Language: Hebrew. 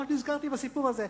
נזכרתי בסיפור הזה.